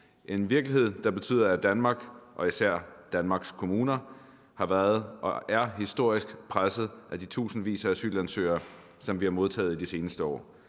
en virkelighed, der betyder, at Danmark og især Danmarks kommuner har været og stadig er historisk pressede af de tusindvis af asylansøgere, vi har modtaget de seneste år.